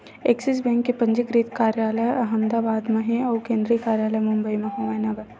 Axis bank के पंजीकृत कारयालय अहमदाबाद म हे अउ केंद्रीय कारयालय मुबई म हवय न गा